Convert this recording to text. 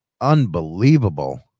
unbelievable